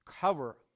cover